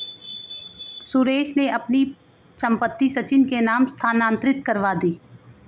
सुरेश ने अपनी संपत्ति सचिन के नाम स्थानांतरित करवा दी